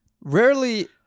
rarely